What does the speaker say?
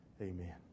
amen